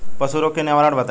पशु रोग के निवारण बताई?